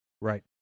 Right